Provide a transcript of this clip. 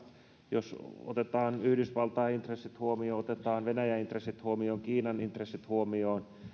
jos otetaan yhdysvaltain intressit huomioon otetaan venäjän intressit huomioon tai otetaan kiinan intressit huomioon